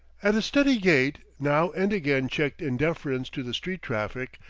at a steady gait, now and again checked in deference to the street traffic,